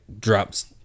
drops